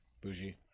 bougie